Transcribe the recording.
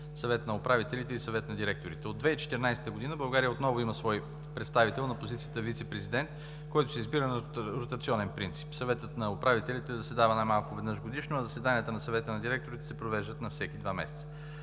Съвет на управителите и Съвет на директорите. От 2014 г. България отново има свой представител на позицията вицепрезидент, който се избира на ротационен принцип. Съветът на управителите заседава най-малко веднъж годишно, а заседанията на Съвета на директорите се провеждат на всеки два месеца.